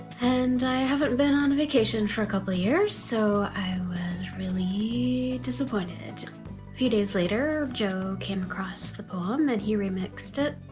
and i haven't been on a vacation for a couple of years, so i was really disappointed. a few days later, joe came across the poem and he remixed it,